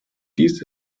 dies